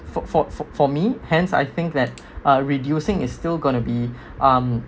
for for for for me hence I think that uh reducing is still gonna be um